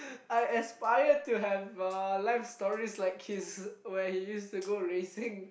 I aspire to have uh life stories like his when he used to go racing